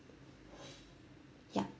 ya